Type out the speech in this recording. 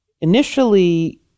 initially